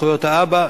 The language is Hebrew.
זכויות האבא,